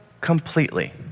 completely